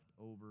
over